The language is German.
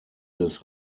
des